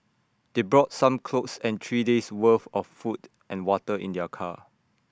they brought some clothes and three days' worth of food and water in their car